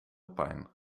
pijn